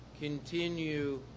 Continue